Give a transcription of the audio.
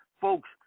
folks